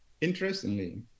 Interestingly